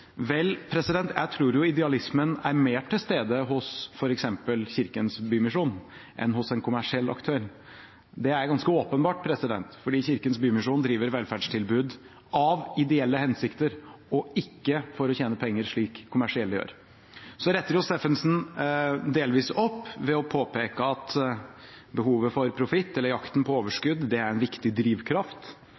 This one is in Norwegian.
Vel, jeg tror idealismen er mer til stede hos f.eks. Kirkens Bymisjon enn hos en kommersiell aktør. Det er ganske åpenbart, fordi Kirkens Bymisjon driver velferdstilbud av ideelle hensikter og ikke for å tjene penger, slik kommersielle gjør. Så rettet Steffensen det delvis opp ved å påpeke at behovet for profitt eller jakten på overskudd er en viktig drivkraft.